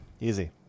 Easy